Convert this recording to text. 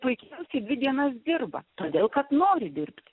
puikiausiai dvi dienas dirba todėl kad nori dirbti